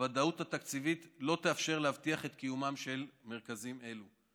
הוודאות התקציבית לא תאפשר להבטיח את קיומם של מרכזים אלו.